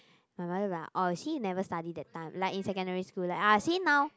my mother is like orh you see never study that time like in secondary school ah see now